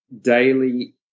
daily